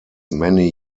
many